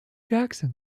jackson